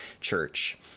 church